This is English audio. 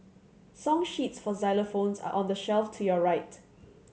song sheets for xylophones are on the shelf to your right